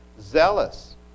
Zealous